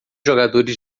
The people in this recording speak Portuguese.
jogadores